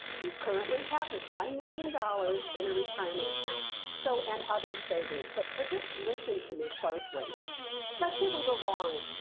you currently have one million dollars in a retirement account so and other savings, but so just listen to me closely let's say we were wrong.